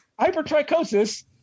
hypertrichosis